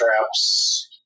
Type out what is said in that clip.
traps